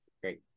Great